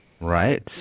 Right